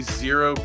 zero